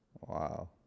Wow